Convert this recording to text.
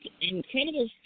incredible